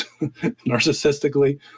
narcissistically